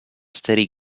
steady